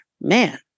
Man